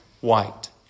white